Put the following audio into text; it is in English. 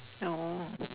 no